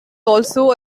also